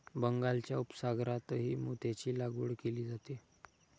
बंगालच्या उपसागरातही मोत्यांची लागवड केली जाते